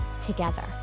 together